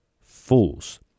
Fools